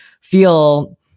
feel